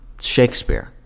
Shakespeare